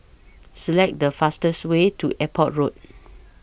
Select The fastest Way to Airport Road